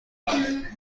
بله